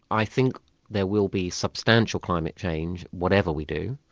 i think there will be substantial um change whatever we do.